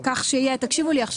הרב גפני, תן לי לסיים